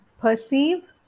perceive